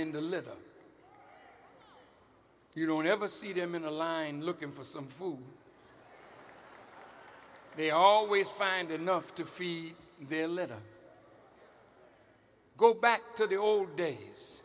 a little you don't ever see them in a line looking for some food they always find enough to feed their little go back to the old days